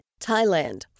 Thailand